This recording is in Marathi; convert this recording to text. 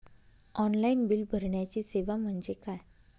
ऑनलाईन बिल भरण्याची सेवा म्हणजे काय?